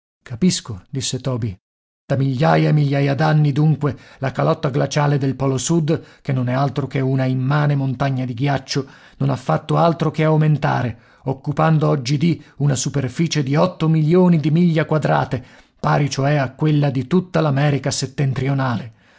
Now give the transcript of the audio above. capisco disse toby da migliaia e migliaia d'anni dunque la calotta glaciale del polo sud che non è altro che una immane montagna di ghiaccio non ha fatto altro che aumentare occupando oggidì una superficie di otto milioni di miglia quadrate pari cioè a quella di tutta l'america settentrionale